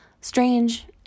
strange